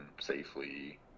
safely